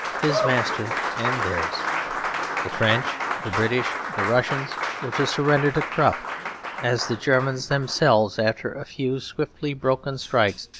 his master and theirs the french, the british, the russians were to surrender to krupp as the germans themselves, after a few swiftly broken strikes,